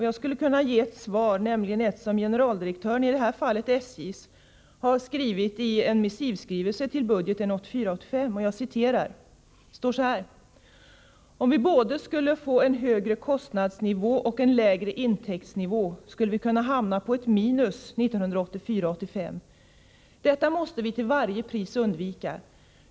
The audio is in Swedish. Jag skulle kunna ge ett svar, nämligen det som SJ:s generaldirektör har givit i en missivskrivelse till budgetpropositionen för 1984 85. Detta måste vi till varje pris undvika.